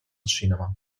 cinema